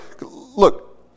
look